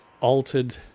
altered